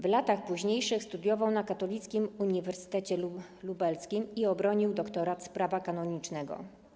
W latach późniejszych studiował na Katolickim Uniwersytecie Lubelskim i obronił doktorat z Prawa kanonicznego.